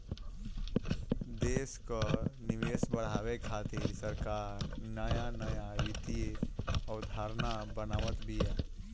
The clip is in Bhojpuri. देस कअ निवेश बढ़ावे खातिर सरकार नया नया वित्तीय अवधारणा बनावत बिया